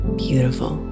beautiful